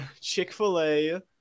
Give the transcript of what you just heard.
Chick-fil-A